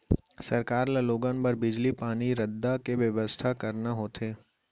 सरकार ल लोगन बर बिजली, पानी, रद्दा के बेवस्था करना होथे